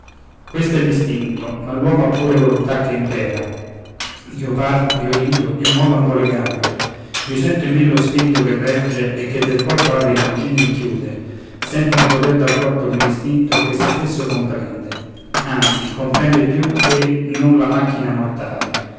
è l'istinto ma l'uomo ha pure volontà che impera io parlo io rido io muovo ambo le gambe io sento in me lo spirito che regge e che del corpo apre i congegni e chiude sento un poter dal corpo mio distinto che se stesso comprende anzi comprende più sé che non la macchina mortale